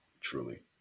Truly